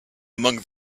among